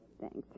Thanks